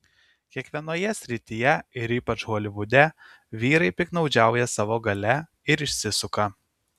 kiekvienoje srityje ir ypač holivude vyrai piktnaudžiauja savo galia ir išsisuka